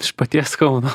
iš paties kauno